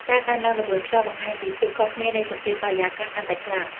ការកើនឡើងល្បឿនខ្យល់បង្ហាញពីភាពខុសគ្នានៃសម្ពាធបរិយាកាសកាន់តែខ្លាំង។